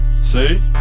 See